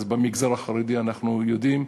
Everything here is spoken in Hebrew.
אז במגזר החרדי, אנחנו יודעים.